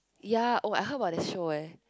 ya oh I heard about that show eh